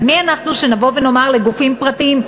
אז מי אנחנו שנבוא ונאמר לגופים פרטיים: